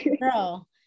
girl